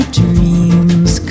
dreams